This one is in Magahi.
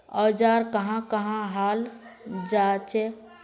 औजार कहाँ का हाल जांचें?